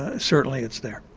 ah certainly it's there.